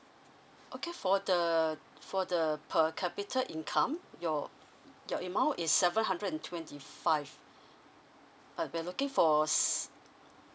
okay for the for the per capita income your your amount is seven hundred and twenty five uh we're looking for